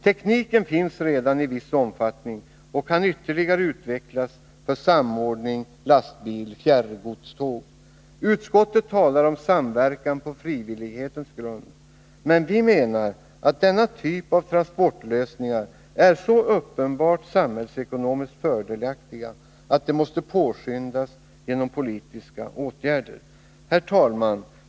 Tekniken finns redan i viss omfattning och kan ytterligare utvecklas för samordning lastbil-fjärrgodståg. Utskottet talar om samverkan på frivillighetens grund, men vi menar att denna typ av transportlösningar är så uppenbart samhällsekonomiskt fördelaktig att den måste påskyndas genom politiska åtgärder. Herr talman!